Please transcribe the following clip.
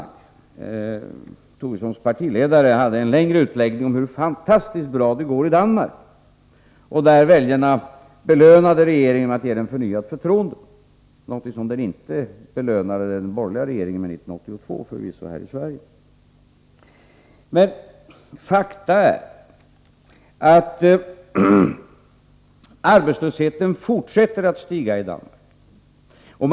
Tobissons partiledare hade en längre utläggning om hur fantastiskt bra det går i Danmark, där väljarna belönade regeringen genom att ge den förnyat förtroende — någonting som väljarna här i Sverige förvisso inte gjorde 1982 när det gäller den borgerliga regeringen. Men fakta är att arbetslösheten fortsätter att stiga i Danmark.